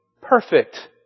perfect